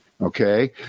Okay